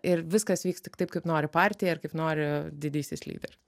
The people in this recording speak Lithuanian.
ir viskas vyks tik taip kaip nori partija ir kaip nori didysis lyderi